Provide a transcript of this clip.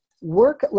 Work